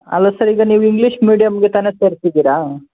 ಅಲ್ಲ ಸರ್ ಈಗ ನೀವು ಇಂಗ್ಲೀಷ್ ಮೀಡಿಯಂಗೆ ತಾನೆ ಸೇರ್ಸಿದ್ದೀರ